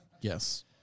Yes